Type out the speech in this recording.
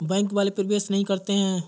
Bank वाले प्रवेश नहीं करते हैं?